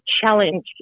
challenge